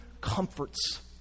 comforts